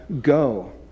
go